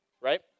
Right